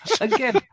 Again